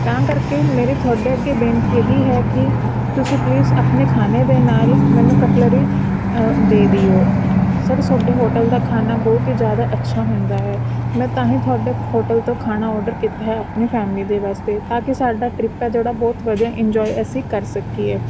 ਤਾਂ ਕਰਕੇ ਮੇਰੀ ਤੁਹਾਡੇ ਅੱਗੇ ਬੇਨਤੀ ਇਹ ਹੀ ਹੈ ਕਿ ਤੁਸੀਂ ਪਲੀਸ ਆਪਣੇ ਖਾਣੇ ਦੇ ਨਾਲ ਮੈਨੂੰ ਕਟਲਰੀ ਦੇ ਦਿਓ ਸਰ ਤੁਹਾਡੇ ਹੋਟਲ ਦਾ ਖਾਣਾ ਬਹੁਤ ਹੀ ਜ਼ਿਆਦਾ ਅੱਛਾ ਹੁੰਦਾ ਹੈ ਮੈਂ ਤਾਂ ਹੀ ਤੁਹਾਡੇ ਖੋਟਲ ਤੋਂ ਖਾਣਾ ਓ ਡਰ ਕੀਤਾ ਹੈ ਆਪਣੀ ਫੈਮਿਲੀ ਦੇ ਵਾਸਤੇ ਤਾਂ ਕਿ ਸਾਡਾ ਟ੍ਰਿਪ ਹੈ ਜਿਹੜਾ ਬਹੁਤ ਵਧੀਆ ਇੰਜੋਏ ਅਸੀਂ ਕਰ ਸਕੀਏ